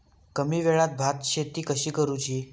कमी वेळात भात शेती कशी करुची?